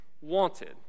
wanted